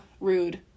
Rude